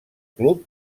club